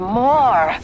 more